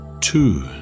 Two